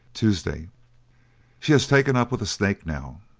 tuesday she has taken up with a snake now.